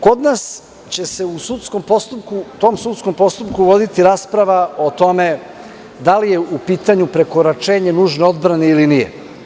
Kod nas će se u tom sudskom postupku voditi rasprava o tome da li je u pitanju prekoračenje nužne odbrane ili nije.